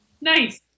nice